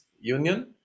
Union